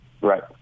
Right